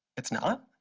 it's not?